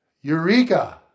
Eureka